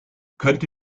könnte